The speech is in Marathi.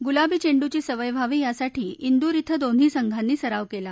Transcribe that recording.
गुलाबी चेंड्ची सवय व्हावी यासाठी इंदूर इथं दोन्ही संघांनी सराव केला